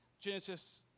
Genesis